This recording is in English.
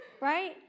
Right